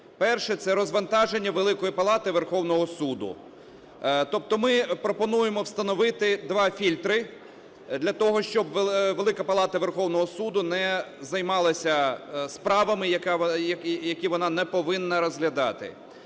Перше – це розвантаження Великої Палати Верховного Суду. Тобто ми пропонуємо встановити два фільтри для того, щоб Велика Палата Верховного Суду не займалася справами, які вона не повинна розглядати.